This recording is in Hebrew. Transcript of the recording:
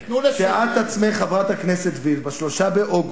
אני אומר את האמת.